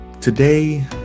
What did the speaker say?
today